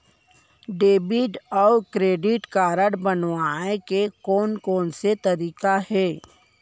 Debit अऊ credit card बनवाए के कोन कोन से तरीका हे?